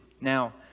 Now